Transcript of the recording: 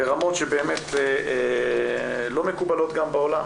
ברמות שבאמת לא מקובלות גם בעולם.